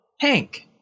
Hank